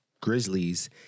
Grizzlies